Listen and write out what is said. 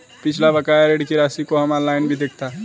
पिछला बकाया ऋण की राशि को हम ऑनलाइन भी देखता